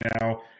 now